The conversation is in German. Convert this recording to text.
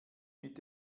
mit